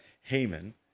Haman